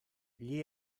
gli